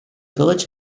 village